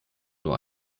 nur